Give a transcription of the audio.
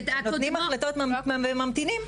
נותנים החלטות וממתינים,